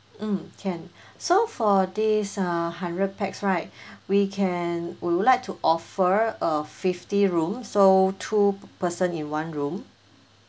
mm can so for this uh hundred pax right we can we would like to offer uh fifty room so two person in one room